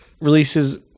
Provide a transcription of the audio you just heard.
releases